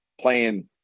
playing